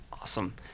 Awesome